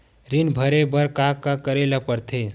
ऋण भरे बर का का करे ला परथे?